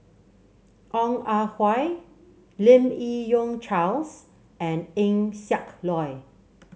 Ong Ah Hoi Lim Yi Yong Charles and Eng Siak Loy